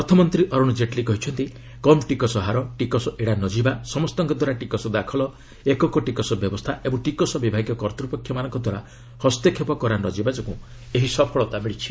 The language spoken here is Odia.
ଅର୍ଥମନ୍ତ୍ରୀ ଅରୁଣ ଜେଟ୍ଲୀ କହିଛନ୍ତି କମ୍ ଟିକସ ହାର ଟିକସ ଏଡ଼ା ନ ଯିବା ସମସ୍ତଙ୍କଦ୍ୱାରା ଟିକସ ଦାଖଲ ଏକକ ଟିକସ ବ୍ୟବସ୍ଥା ଓ ଟିକସ ବିଭାଗୀୟ କର୍ତ୍ତ୍ୱପକ୍ଷଙ୍କଦ୍ୱାରା ହସ୍ତକ୍ଷେପ କରା ନ ଯିବା ଯୋଗୁଁ ଏହି ସଫଳତା ମିଳିଛି